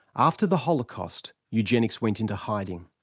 after the holocaust, eugenics went into hiding.